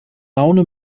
laune